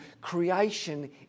Creation